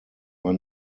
man